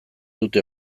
dute